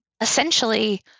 essentially